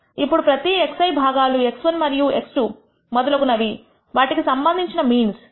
ఇప్పుడు ప్రతి xi భాగాలు x1 x2 మరియు మొదలగునవి వాటికి సంబంధించిన మీన్స్